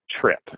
trip